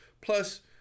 Plus